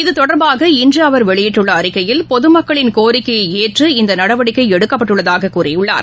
இது தொடர்பாக இன்று அவர் வெளியிட்டுள்ள அறிக்கையில் பொதுமக்களின் கோரிக்கையை ஏற்று இந்த நடவடிக்கை எடுக்கப்பட்டுள்ளதாக அவர் கூறியுள்ளார்